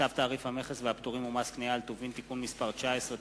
צו תעריף המכס והפטורים ומס קנייה על טובין (תיקון מס' 19),